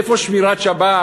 איפה שמירת שבת?